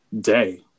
day